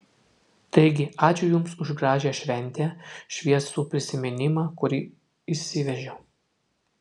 taigi ačiū jums už gražią šventę šviesų prisiminimą kurį išsivežiau